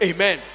Amen